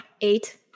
Eight